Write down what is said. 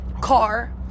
car